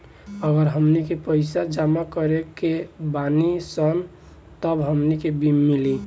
अगर हमनी के पइसा जमा करले बानी सन तब हमनी के मिली